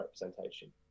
representation